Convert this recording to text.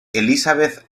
elisabeth